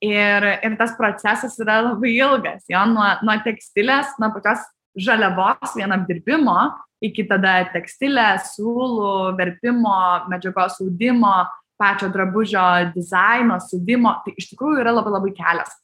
ir ir tas procesas yra labai ilgas jo nuo nuo tekstilės nuo pačios žaliavos vien apdirbimo iki tada tekstilės siūlų verpimo medžiagos audimo pačio drabužio dizaino siuvimo tai iš tikrųjų yra labai labai kelias